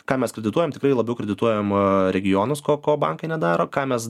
ką mes kredituojam tikrai labiau kredituojam regionus ko ko bankai nedaro ką mes